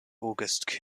auguste